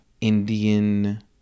Indian